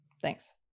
Thanks